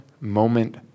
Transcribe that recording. moment